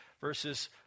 verses